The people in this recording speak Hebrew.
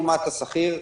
לעומת השכיר,